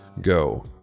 go